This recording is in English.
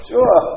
Sure